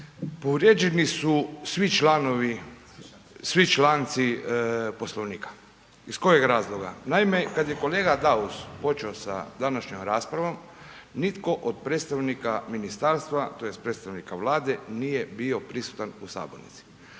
povrijeđeni su članci Poslovnika. Iz kojeg razloga? Naime kad je kolega Daus počeo sa današnjom raspravom nitko od predstavnika ministarstva tj. predstavnika Vlade nije bio prisutan u sabornici.